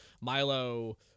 Milo